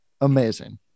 Amazing